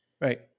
Right